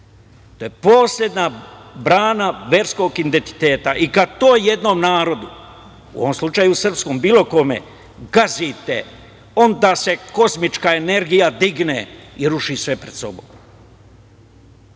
to je poslednja brana verskog identiteta i kad to jednom narodu, u ovom slučaju srpskom, bilo kome gazite, onda se kosmička energija digne i ruši sve pred sobom.